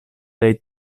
dei